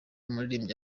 umuririmbyi